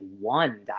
one